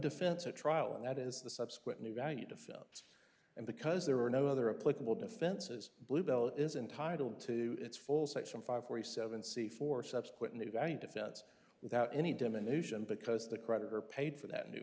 defense a trial and that is the subsequent new value to films and because there were no other a political defenses bluebell is in title to its full section five forty seven c for subsequent in the value defense without any diminution because the creditor paid for that new